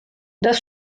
das